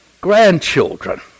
grandchildren